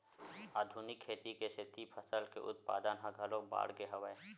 आधुनिक खेती के सेती फसल के उत्पादन ह घलोक बाड़गे हवय